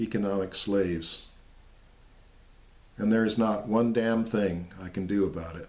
economic slaves and there is not one damn thing i can do about it